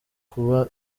kuba